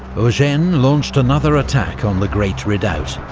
eugene launched another attack on the great redoubt.